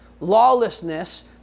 lawlessness